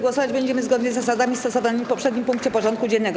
Głosować będziemy zgodnie z zasadami stosowanymi w poprzednim punkcie porządku dziennego.